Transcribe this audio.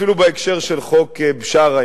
אפילו בהקשר של חוק בשארה,